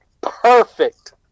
Perfect